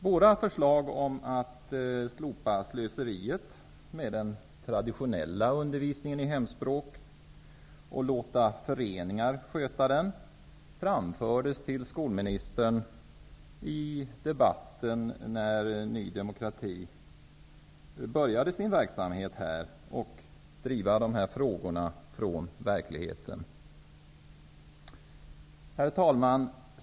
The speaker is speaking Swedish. Våra förslag när det gällde att slopa slöseriet i den traditionella hemspråksundervisningen och låta föreningar sköta den framfördes till skolministern när Ny demokrati började sin verksamhet här och började driva de här frågorna med utgångspunkt i verkligheten. Herr talman!